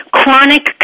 chronic